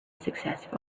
successful